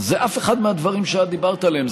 זה אף אחד מהדברים שאת דיברת עליהם,